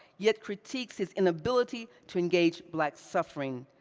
yet critiques his inability to engage black suffering.